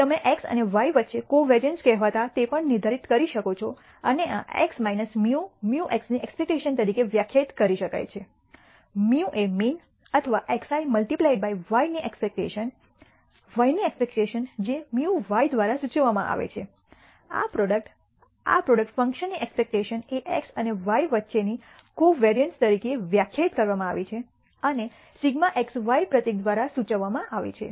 તમે એક્સ અને વાય વચ્ચે કોઓવરિયન્સ કહેવાયા તે પણ નિર્ધારિત કરી શકો છો અને આ x μ μx ની એક્સપેક્ટશન તરીકે વ્યાખ્યાયિત કરી શકાય છે μ એ મીન અથવા xi મલ્ટિપ્લિઇડ બાય yની એક્સપેક્ટશન y ની એક્સપેક્ટશન જે μ y દ્વારા સૂચવવામાં આવે છે આ પ્રોડક્ટ આ પ્રોડક્ટ ફંક્શનની એક્સપેક્ટશન એ x અને y વચ્ચેની કોવેરીઅન્સ તરીકે વ્યાખ્યાયિત કરવામાં આવી છે અને σxyપ્રતીક દ્વારા સૂચવવામાં આવે છે